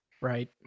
Right